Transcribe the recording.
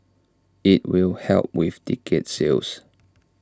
IT will help with ticket sales